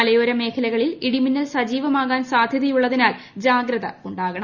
മലയോര മേഖലയിൽ ഇടിമിന്നൽ സജീവമാകാൻ സാധ്യതയുള്ളതിനാൽ ജാഗ്രത് പ്രേണം